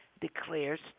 declares